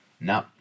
No